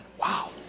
Wow